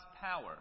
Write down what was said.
power